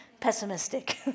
pessimistic